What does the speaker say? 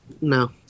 No